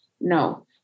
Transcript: No